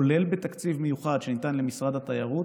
כולל בתקציב מיוחד שניתן למשרד התיירות